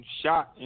shot